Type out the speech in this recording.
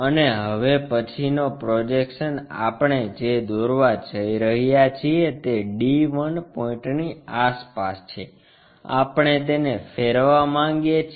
અને હવે પછીનો પ્રોજેક્શન આપણે જે દોરવા જઈ રહ્યા છીએ તે d 1 પોઇન્ટની આસપાસ છે આપણે તેને ફેરવવા માગીએ છીએ